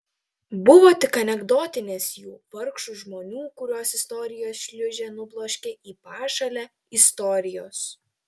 buvo tik anekdotinės jų vargšų žmonių kuriuos istorijos šliūžė nubloškė į pašalę istorijos